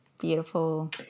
beautiful